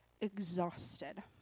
exhausted